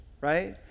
Right